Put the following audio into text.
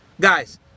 guys